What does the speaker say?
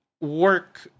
work